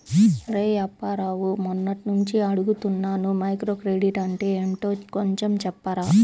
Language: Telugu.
రేయ్ అప్పారావు, మొన్నట్నుంచి అడుగుతున్నాను మైక్రోక్రెడిట్ అంటే ఏంటో కొంచెం చెప్పురా